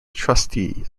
trustee